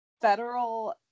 federal